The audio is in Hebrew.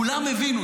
כולם הבינו,